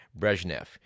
Brezhnev